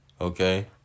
Okay